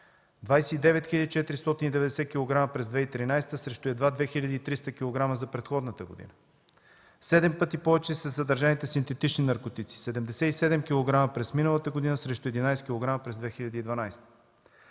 29 490 кг през 2013 г. срещу едва 2300 кг за предходната година. Седем пъти повече са задържаните синтетични наркотици – 77 кг през миналата година срещу 11 кг през 2012